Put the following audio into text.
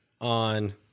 on